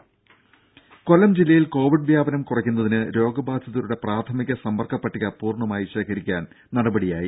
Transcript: രുര കൊല്ലം ജില്ലയിൽ കോവിഡ് വ്യാപനം കുറയ്ക്കുന്നതിന് രോഗബാധിതരുടെ പ്രാഥമിക സമ്പർക്കപട്ടിക പൂർണമായി ശേഖരിക്കാൻ നടപടിയായി